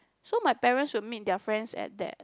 so my parents will meet their friends at that